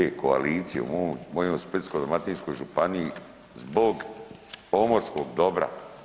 E, koalicije u mojoj Splitsko-dalmatinskoj županiji zbog pomorskog dobra.